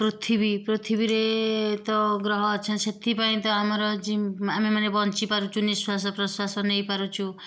ପୃଥିବୀ ପୃଥିବୀରେ ତ ଗ୍ରହ ଅଛନ୍ତି ସେଥିପାଇଁ ତ ଆମର ଆମେ ମାନେ ବଞ୍ଚିପାରୁଛୁ ନିଶ୍ୱାସ ପ୍ରଶ୍ୱାସ ନେଇପାରୁଛୁ